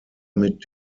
mit